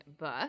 book